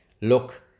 look